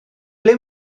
ble